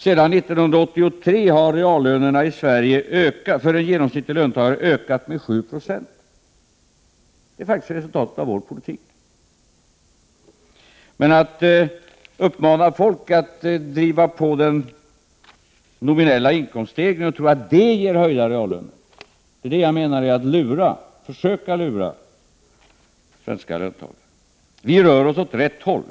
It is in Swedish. Sedan 1983 har reallönerna för en genomsnittlig löntagare i Sverige ökat med 7 26 och det är resultatet av vår politik. Att uppmana folk att driva på den nominella inkomststegringen i tron att det ger höjda reallöner är att försöka lura svenska löntagare. Vi rör oss i rätt riktning.